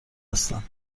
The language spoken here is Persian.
هستن